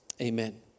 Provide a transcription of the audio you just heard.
Amen